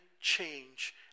change